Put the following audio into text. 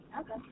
Okay